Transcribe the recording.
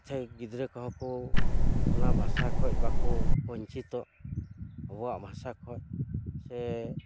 ᱡᱟᱛᱷᱮ ᱜᱤᱫᱽᱨᱟᱹ ᱠᱚᱦᱚᱸ ᱠᱚ ᱚᱱᱟ ᱵᱷᱟᱥᱟ ᱠᱷᱚᱱ ᱵᱟᱠᱚ ᱵᱚᱧᱪᱤᱛᱚᱜ ᱟᱵᱚᱣᱟᱜ ᱵᱷᱟᱥᱟ ᱠᱷᱚᱱ ᱥᱮ